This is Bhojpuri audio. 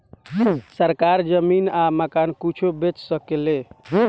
सरकार जमीन आ मकान कुछो बेच सके ले